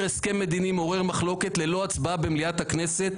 הסכם מדיני מעורר מחלוקת ללא הצבעה במליאת הכנסת,